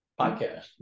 podcast